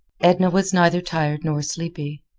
edna was neither tired nor sleepy.